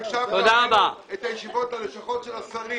מעכשיו תעבירו את הישיבות ללשכות של השרים.